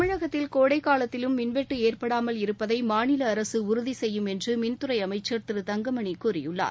தமிழகத்தில் கோடைக்காலத்திலும் மின்வெட்டு ஏற்படாமல் இருப்பதை மாநில அரசு உறுதி செய்யும் என்று மின்துறை அமைச்சர் திரு தங்கமணி கூறியுள்ளார்